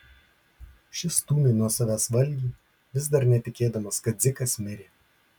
šis stūmė nuo savęs valgį vis dar netikėdamas kad dzikas mirė